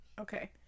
Okay